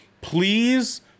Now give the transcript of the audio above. Please